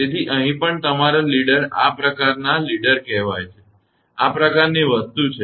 તેથી અહીં પણ તમારા લીડર આ પ્રકારના આ લીડર કહેવાય છે આ પ્રકારની વસ્તુ થશે